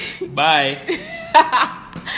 Bye